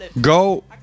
Go